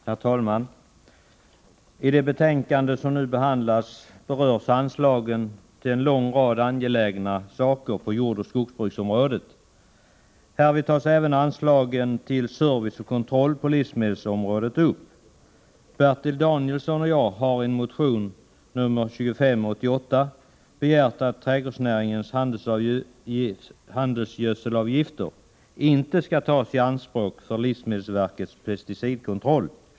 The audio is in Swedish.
Herr talman! I det betänkande som nu behandlas berörs anslagen till en lång rad angelägna åtgärder på jordoch skogsbruksområdet. Härvid tas även anslagen till service och kontroll på livsmedelsområdet upp. Bertil Danielsson och jag har i motion 2588 begärt att trädgårdsnäringens handelsgödselavgifter inte skall tas i anspråk för livsmedelsverkets pesticidkontroll.